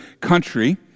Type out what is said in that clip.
country